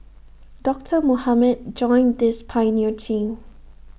doctor Mohamed joined this pioneer team